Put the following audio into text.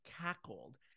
cackled